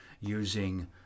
using